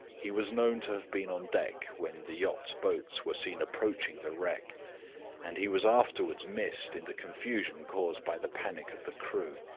he was known to have been on deck when the yacht's boats were seen approaching the wreck and he was afterward missed in the confusion caused by the panic of the crew.